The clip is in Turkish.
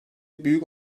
büyük